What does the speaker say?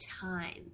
time